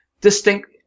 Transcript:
distinct